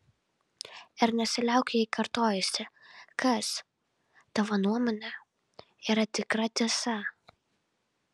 ir nesiliauk jai kartojusi kas tavo nuomone yra tikra tiesa